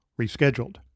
rescheduled